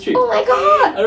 oh my god